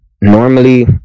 normally